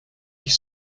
ich